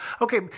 okay